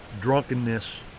drunkenness